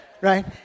right